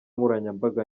nkoranyambaga